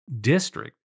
district